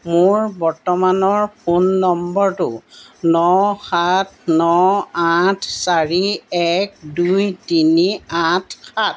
মোৰ বৰ্তমানৰ ফোন নম্বৰটো ন সাত ন আঠ চাৰি এক দুই তিনি আঠ সাত